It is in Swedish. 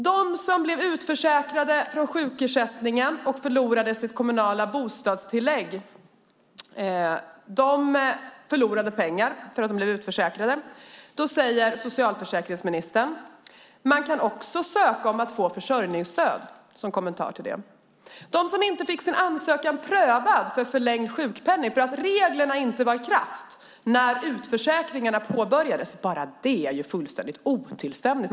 De som blev utförsäkrade från sjukersättningen och förlorade sitt kommunala bostadstillägg förlorade pengar för att de blev utförsäkrade. Som kommentar till det säger socialförsäkringsministern: Man kan också ansöka om att få försörjningsstöd. Det finns de som inte fick sin ansökan om förlängd sjukpenning prövad för att reglerna inte var i kraft när utförsäkringarna påbörjades. Det är ju fullständigt otillständigt.